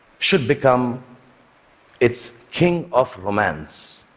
should become its king of romance,